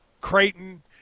Creighton